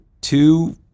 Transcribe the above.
two